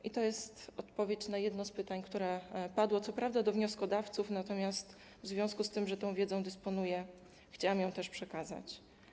I to jest odpowiedź na jedno z pytań, które padły, co prawda do wnioskodawców, natomiast w związku z tym, że tą wiedzą dysponuję, chciałam ją przekazać.